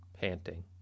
panting